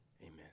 Amen